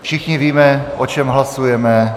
Všichni víme, o čem hlasujeme.